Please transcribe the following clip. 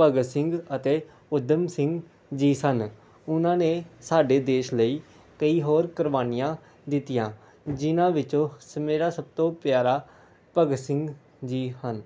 ਭਗਤ ਸਿੰਘ ਅਤੇ ਉਧਮ ਸਿੰਘ ਜੀ ਸਨ ਉਹਨਾਂ ਨੇ ਸਾਡੇ ਦੇਸ਼ ਲਈ ਕਈ ਹੋਰ ਕੁਰਬਾਨੀਆਂ ਦਿੱਤੀਆਂ ਜਿਹਨਾਂ ਵਿੱਚੋਂ ਸ ਮੇਰਾ ਸਭ ਤੋਂ ਪਿਆਰਾ ਭਗਤ ਸਿੰਘ ਜੀ ਹਨ